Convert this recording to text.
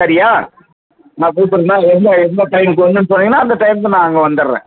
சரியா நான் கூப்பிட்றதுன்னா எந்த எந்த டைமுக்கு வரணுன்னு சொன்னிங்கன்னா அந்த டைமுக்கு நான் அங்கே வந்துர்றேன்